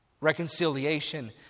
Reconciliation